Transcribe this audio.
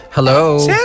Hello